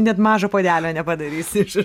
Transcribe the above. net mažo puodelio nepadarysi iš